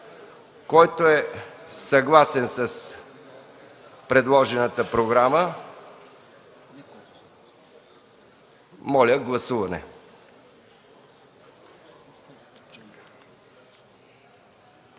Който е съгласен с предложената програма, моля да гласува.